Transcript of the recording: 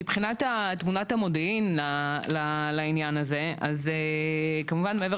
מבחינת תמונת המודיעין לעניין הזה, אז כמובן מעבר